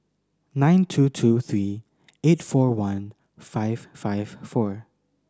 nine two two three eight four one five five four